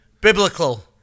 Biblical